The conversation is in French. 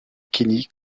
kenny